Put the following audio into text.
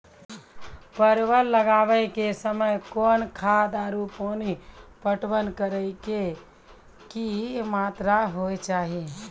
परवल लगाबै के समय कौन खाद आरु पानी पटवन करै के कि मात्रा होय केचाही?